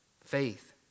Faith